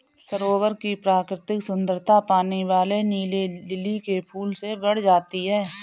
सरोवर की प्राकृतिक सुंदरता पानी वाले नीले लिली के फूल से बढ़ जाती है